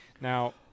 now